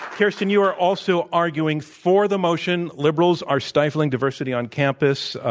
kirsten, you are also arguing for the motion, liberals are stifling diversity on campus.